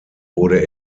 wurde